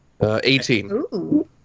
18